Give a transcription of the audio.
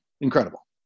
incredible